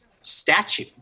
statue